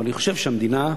אבל אני חושב שהמדינה,